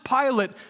Pilate